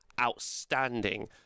outstanding